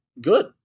good